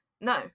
No